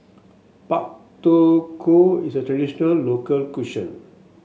Pak Thong Ko is a traditional local cuisine